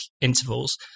intervals